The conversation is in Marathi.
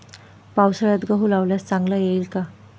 पावसाळ्यात गहू लावल्यास चांगला येईल का?